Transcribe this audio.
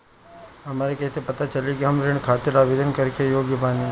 हमरा कईसे पता चली कि हम ऋण खातिर आवेदन करे के योग्य बानी?